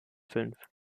fünf